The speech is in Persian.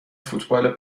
فوتبال